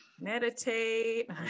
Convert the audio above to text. meditate